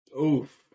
oof